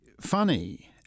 funny